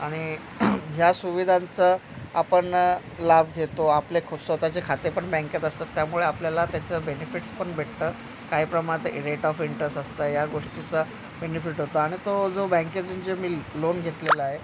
आणि ह्या सुविधांचं आपण लाभ घेतो आपले खूप स्वतःचे खाते पण बँकेत असतात त्यामुळे आपल्याला त्याचं बेनिफिट्सपण भेटतं काही प्रमाणात रेट ऑफ इंटरेस्ट असतं या गोष्टीचा बेनिफिट होतं आणि तो जो बँकेतून जे मी लोन घेतलेला आहे